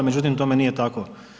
Međutim, tome nije tako.